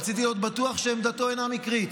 רציתי להיות בטוח שעמדתו אינה מקרית.